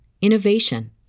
innovation